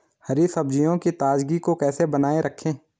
हरी सब्जियों की ताजगी को कैसे बनाये रखें?